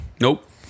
Nope